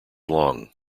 long